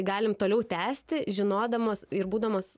galim toliau tęsti žinodamos ir būdamos